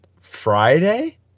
Friday